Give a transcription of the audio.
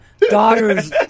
daughters